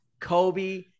Kobe